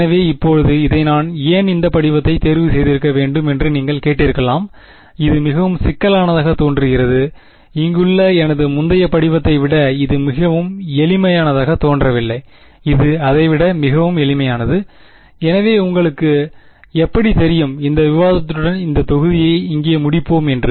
எனவே இப்போது இதை நான் ஏன்இந்த படிவத்தை தேர்வு செய்திருக்க வேண்டும் என்று நீங்கள் கேட்டிருக்கலாம் இது மிகவும் சிக்கலானதாக தோன்றுகிறது இங்குள்ள எனது முந்தைய படிவத்தை விட இது மிகவும் எளிமையானதாக தோன்றவில்லை இது அதை விட மிகவும் எளிமையானது எனவே உங்களுக்கு எப்படி தெரியும் இந்த விவாதத்துடன் இந்த தொகுதியை இங்கே முடிப்போம் என்று